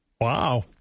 Wow